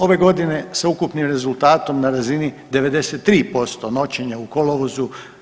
Ove godine s ukupnim rezultatom na razini 93% noćenja u kolovozu.